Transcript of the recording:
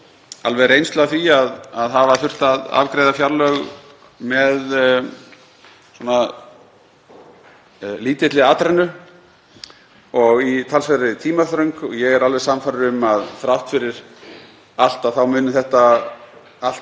alveg reynslu af því að hafa þurft að afgreiða fjárlög með lítilli atrennu og í talsverðri tímaþröng og ég er alveg sannfærður um að þrátt fyrir allt muni þetta allt